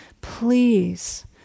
Please